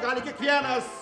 gali kiekvienas